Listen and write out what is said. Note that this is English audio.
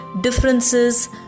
differences